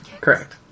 Correct